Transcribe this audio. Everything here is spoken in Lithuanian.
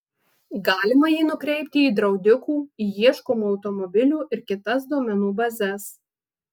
galima jį nukreipti į draudikų į ieškomų automobilių ir kitas duomenų bazes